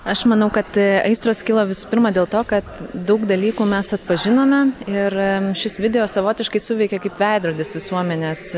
aš manau kad aistros kilo visų pirma dėl to kad daug dalykų mes atpažinome ir šis video savotiškai suveikė kaip veidrodis visuomenės